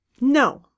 No